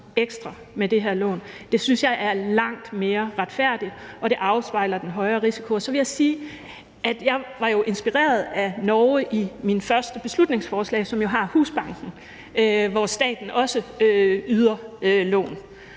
Det synes jeg er langt mere retfærdigt, og det afspejler den højere risiko. Så vil jeg sige, at jeg i mit første beslutningsforslag var inspireret af Norge, som jo har Husbanken, hvor staten også yder lån,